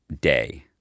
day